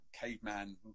caveman